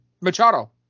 Machado